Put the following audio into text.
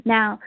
Now